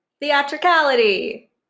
theatricality